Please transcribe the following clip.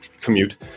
commute